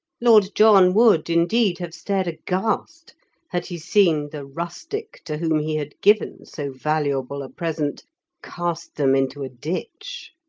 lord john would, indeed, have stared aghast had he seen the rustic to whom he had given so valuable a present cast them into a ditch.